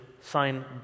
sign